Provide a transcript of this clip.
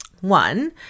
One